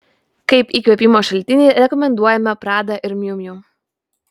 kaip įkvėpimo šaltinį rekomenduojame prada ir miu miu